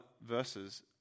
verses